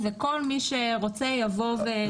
וכל מי שרוצה יבוא וישתתף.